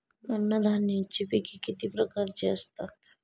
अन्नधान्याची पिके किती प्रकारची असतात?